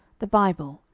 the bible,